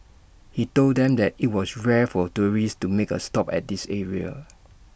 he told them that IT was rare for tourists to make A stop at this area